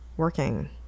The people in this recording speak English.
working